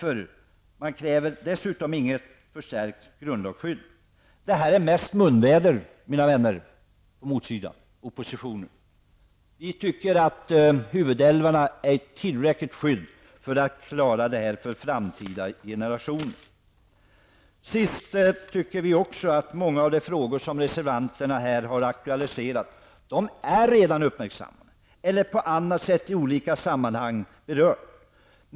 Man kräver dessutom inget förstärkt grundlagsskydd. Reservationen är mest munväder, mina vänner på motsidan. Vi tycker att huvudälvarna har tillräckligt skydd för att bevaras åt framtida generationer. Många av de frågor som reservanterna har aktualiserat är redan uppmärksammade eller på annat sätt i olika sammanhang berörda.